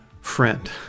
friend